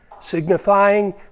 signifying